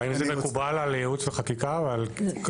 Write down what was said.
האם זה מקובל על ייעוץ וחקיקה או על כולם?